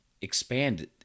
expand